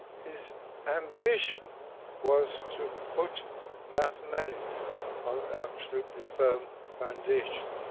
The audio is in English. his ambition was to put mathematics on an absolutely firm foundation.